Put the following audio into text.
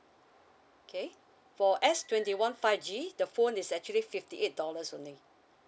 okay for s twenty one five G the phone is actually fifty eight dollars only